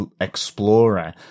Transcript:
explorer